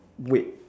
wait